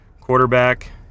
quarterback